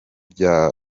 bya